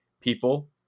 People